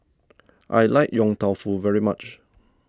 I like Yong Tau Foo very much